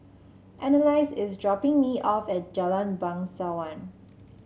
Annalise is dropping me off at Jalan Bangsawan